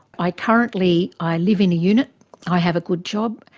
i currently, i live in a unit i have a good job.